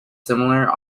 similar